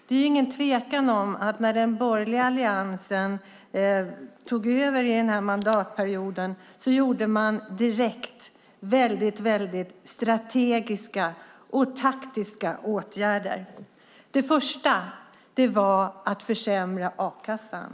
Det är ingen tvekan om att när den borgerliga alliansen tog över den här mandatperioden vidtog man direkt strategiska och taktiska åtgärder. Det första var att försämra a-kassan.